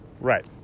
Right